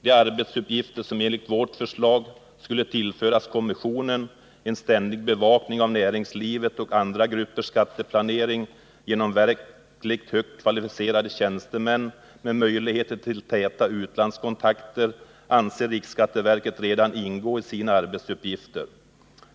De arbetsuppgifter som enligt vårt förslag skulle tillföras kommissionen — en ständig bevakning av näringslivets och andra gruppers skatteplanering, genom verkligt högt kvalificerade tjänstemän med möjligheter till täta utlandskontakter — anser riksskatteverket redan ingå i sina arbetsuppgifter.